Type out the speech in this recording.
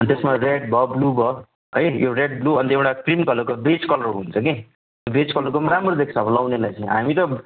अनि त्यसमा रेड भयो ब्लु भयो है यो रेड ब्लु अन्त एउटा पिङ्क कलर पिच कलर हुन्छ कि त्यो पिच कलरको पनि राम्रो देख्छ अब लगाउनेलाई चाहिँ हामी त